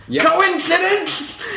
Coincidence